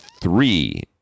three